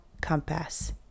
compass